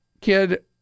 kid